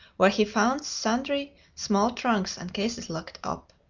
where he found sundry small trunks and cases locked up.